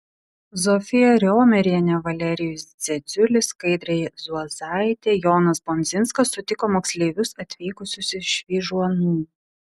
zofija riomerienė valerijus dzedziulis skaidrė zuozaitė jonas bondzinskas sutiko moksleivius atvykusius iš vyžuonų